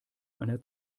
einer